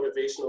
motivational